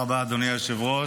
אי-מימוש